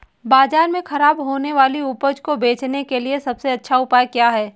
बाजार में खराब होने वाली उपज को बेचने के लिए सबसे अच्छा उपाय क्या है?